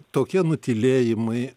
tokie nutylėjimai